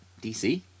DC